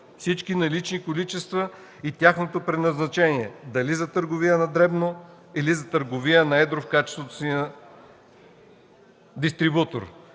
всички налични количества и тяхното предназначение – дали за търговия на дребно, или за търговия на едро в качеството си на дистрибутор